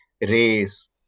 race